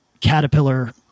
Caterpillar